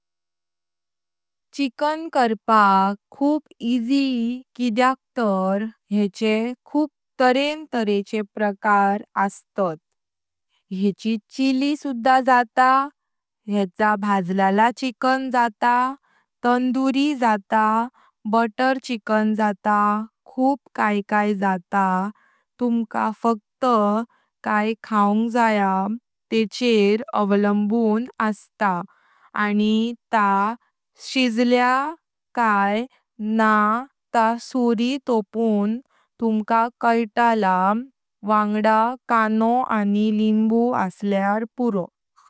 चिकन करपाक खूप ईझी किद्याक तार येचे खूप तरेन प्रकार असत। येची चिली जात। येचा भाजलां चिकन जात। तंदूरी जात, बटर चिकन जात खूप काय काय जात तुमका फकत काय खाऊंग जया तेचर अवलंबुन असता आनी ता शिजला काय न्हा ता सुरी तोपन तुमका कैतला। वांगडा कानो आनी लिंबू असल्यार पुरो।